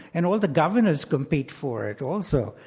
and all the governors compete for it also.